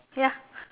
ya